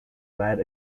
mad